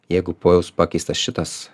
jeigu bus pakeistas šitas